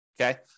Okay